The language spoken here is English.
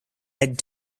had